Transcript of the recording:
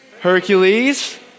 Hercules